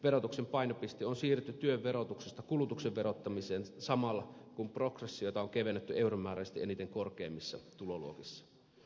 verotuksen painopiste on siirretty työn verotuksesta kulutuksen verottamiseen samalla kun progressiota on kevennetty euromääräisesti eniten korkeimmissa tuloluokissa